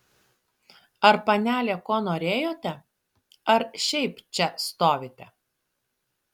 ar panelė ko norėjote ar šiaip čia stovite